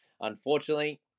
Unfortunately